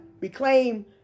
reclaim